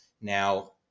Now